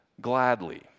gladly